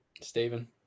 Stephen